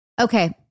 Okay